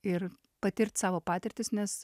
ir patirt savo patirtis nes